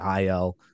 IL